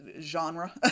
genre